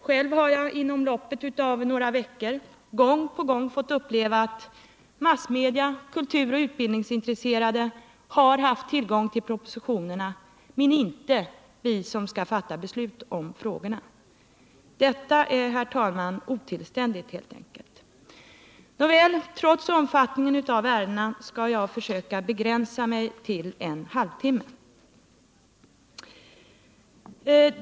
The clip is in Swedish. Själv har jag inom loppet av några veckor gång på gång fått uppleva att massmedia samt kulturoch utbildningsintresserade har haft tillgång till propositionerna men inte vi som skall fatta beslut i frågorna. Detta är, herr talman, helt enkelt otillständigt. Trots omfattningen av de ärenden som vi nu behandlar skall jag ändå försöka begränsa mitt inlägg till en halvtimme.